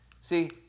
See